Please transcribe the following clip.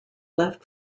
left